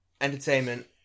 Entertainment